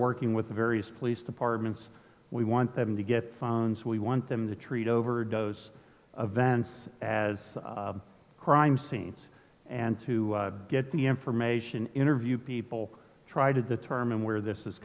working with the various police departments we want them to get funds we want them to treat overdose of events as crime scenes and to get the information interview people try to determine where this is